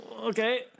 okay